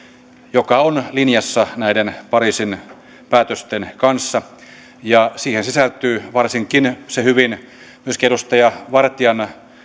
joka on linjassa näiden pariisin päätösten kanssa siihen sisältyy varsinkin se hyvin myöskin edustaja vartian